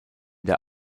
der